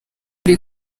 uri